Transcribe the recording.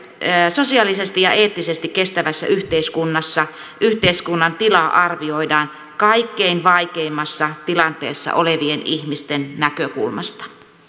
sosiaalisesti ja eettisesti kestävässä yhteiskunnassa yhteiskunnan tila arvioidaan kaikkein vaikeimmassa tilanteessa olevien ihmisten näkökulmasta